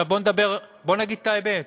עכשיו בואו נגיד את האמת.